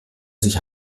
sich